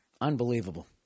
Unbelievable